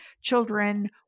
children